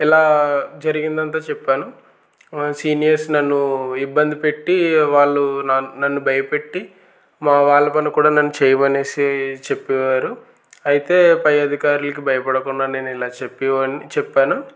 ఇలా జరిగిందంతా చెప్పాను సీనియర్స్ నన్ను ఇబ్బంది పెట్టి వాళ్ళు నన్ను భయపెట్టి మా వాళ్ళ పని కూడా నన్ను చేయమనేసి చెప్పేవారు అయితే పై అధికారులకు భయపడకుండా నేను ఇలా చెప్పేవాడిని చెప్పాను